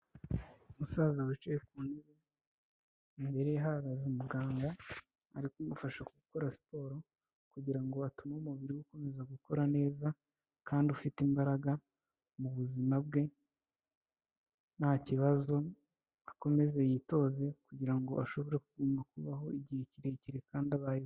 Umusaza wicaye ku ntebe imbere ye hahagaze muganga ari kumufasha gukora siporo, kugirango atume umubiri ukomeza gukora neza kandi ufite imbaraga mubuzima bwe ntakibazo akomeze yitoze, kugira ngo ashobore kuguma kubaho igihe kirekire kandi abayeho.